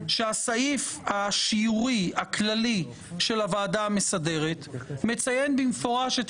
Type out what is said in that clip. שהסעיף השיורי הכללי של הוועדה המסדרת מציין במפורש את